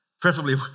Preferably